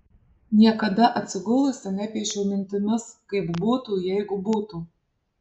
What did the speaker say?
niekada atsigulusi nepiešiau mintimis kaip būtų jeigu būtų